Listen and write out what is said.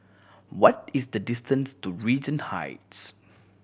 what is the distance to Regent Heights